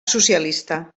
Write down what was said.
socialista